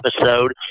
episode